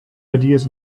ideas